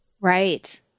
Right